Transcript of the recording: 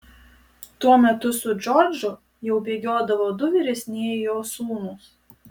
tuo metu su džordžu jau bėgiodavo du vyresnieji jo sūnūs